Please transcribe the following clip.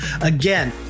Again